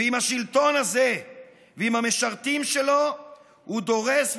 ועם השלטון הזה ועם המשרתים שלו הוא דורס,